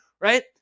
right